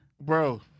Bro